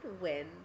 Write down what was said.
win